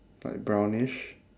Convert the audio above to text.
like brownish